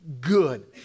good